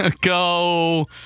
go